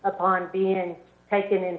upon being taken in